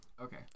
Okay